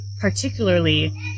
particularly